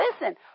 listen